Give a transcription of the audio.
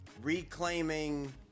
Reclaiming